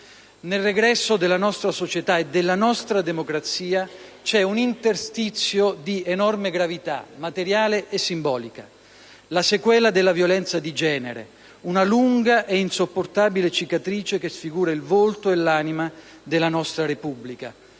Nel regresso della nostra società e della nostra democrazia c'è un interstizio di enorme gravità materiale e simbolica, la sequela della violenza di genere, una lunga e insopportabile cicatrice che sfigura il volto e l'anima della nostra Repubblica;